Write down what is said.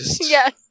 yes